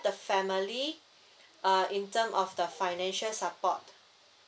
the family uh in term of the financial support